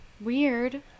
Weird